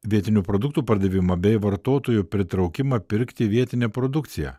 vietinių produktų pardavimą bei vartotojų pritraukimą pirkti vietinę produkciją